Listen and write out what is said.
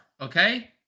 okay